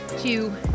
two